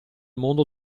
mondo